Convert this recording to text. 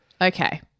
Okay